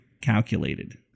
calculated